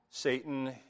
Satan